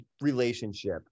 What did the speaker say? relationship